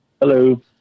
Hello